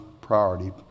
priority